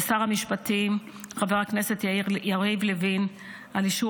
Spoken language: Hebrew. לשר המשפטים חבר הכנסת יריב לוין על אישור